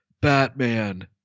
Batman